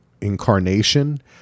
incarnation